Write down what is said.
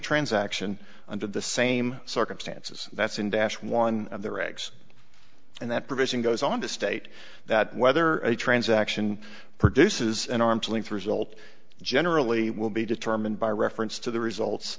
transaction under the same circumstances that's in dash one of the regs and that provision goes on to state that whether a transaction produces an arm's length result generally will be determined by reference to the results